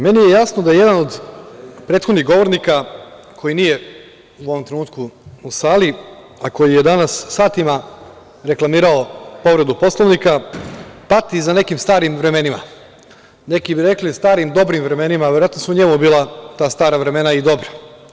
Meni je jasno da jedan od prethodnih govornika, koji nije u ovom trenutku u sali, a koji je danas satima reklamirao povredu Poslovnika, pati za nekim starim vremenima, neki bi rekli starim dobrim vremenima, verovatno su njemu bila ta stara vremena i dobra.